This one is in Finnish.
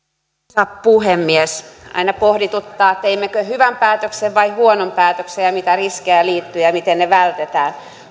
arvoisa puhemies aina pohdituttaa teimmekö hyvän päätöksen vai huonon päätöksen ja mitä riskejä siihen liittyy ja ja miten ne vältetään